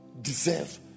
deserve